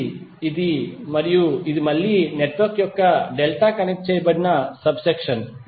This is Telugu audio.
మూడవది ఇది మరియు ఇది మళ్ళీ నెట్వర్క్ యొక్క డెల్టా కనెక్ట్ చేయబడిన సబ్ సెక్షన్